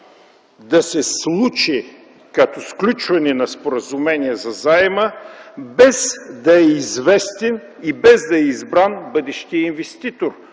да се случи като сключване на споразумение за заема, без да е известен и без да е избран бъдещият инвеститор,